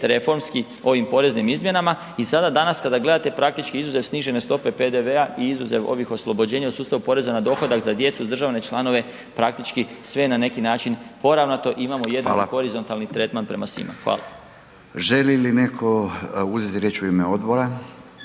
reformski ovim poreznim izmjenama i sada danas kada gledate praktički izuzev snižene stope PDV-a i izuzev ovih oslobođenja u sustavu poreza na dohodak za djecu i uzdržavane članove, praktički sve je na neki način poravnato i imamo jedan horizontalni tretman prema svima. Hvala. **Radin, Furio